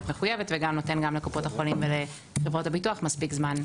מחויבת וגם נותן לקופות החולים ולחברות הביטוח מספיק זמן.